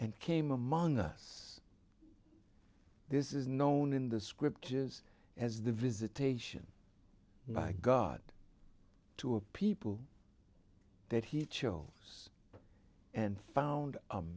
and came among us this is known in the scriptures as the visitation by god to a people that he chose and found